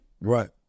Right